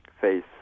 face